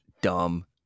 dumb